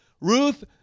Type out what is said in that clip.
Ruth